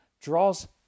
draws